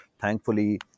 thankfully